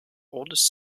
oldest